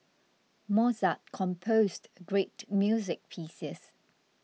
Mozart composed great music pieces